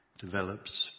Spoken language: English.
develops